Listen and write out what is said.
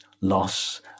loss